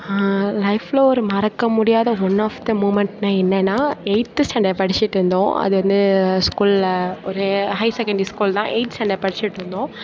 லைஃபில் ஒரு மறக்க முடியாத ஒன் ஆஃப் த மூமன்ட்னால் என்னெனா எயித்து ஸ்டேண்டடு படிச்சுட்ருந்தோம் அது வந்து ஸ்கூலில் ஒரு ஹயர் செகென்டரி ஸ்கூல் தான் எயித்து ஸ்டேண்ட் படிச்சுட்ருந்தோம்